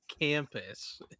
campus